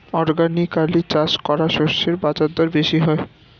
organically চাষ করা শস্যের বাজারদর বেশি হয়